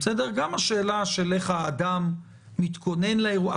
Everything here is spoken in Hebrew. גם השאלה של איך האדם מתכונן לאירוע.